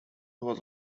was